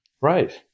right